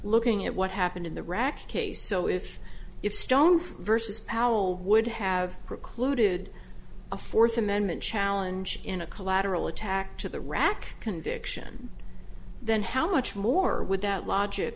looking at what happened in the rack case so if if stone versus powell would have precluded a fourth amendment challenge in a collateral attack to the rack conviction then how much more with that logic